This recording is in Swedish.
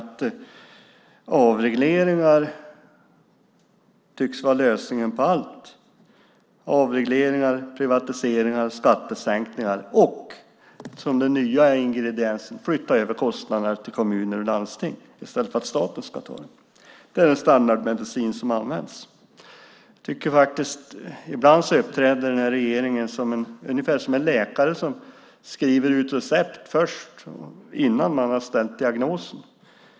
Avregleringar tycks vara lösningen på allt. Avregleringar, privatiseringar, skattesänkningar och - det är den nya ingrediensen - att flytta över kostnaderna till kommuner och landsting i stället för att staten tar dem, det är den standardmedicin som används. Ibland uppträder regeringen ungefär som en läkare som skriver ut recept innan diagnosen är ställd.